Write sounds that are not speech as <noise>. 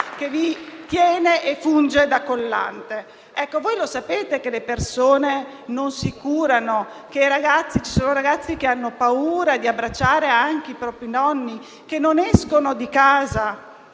che tiene e funge da collante. <applause> Voi lo sapete che le persone non si curano? Che ci sono ragazzi che hanno paura di abbracciare anche i propri nonni che non escono di casa?